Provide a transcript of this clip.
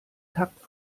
takt